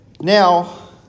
Now